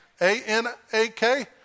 A-N-A-K